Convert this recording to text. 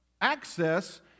access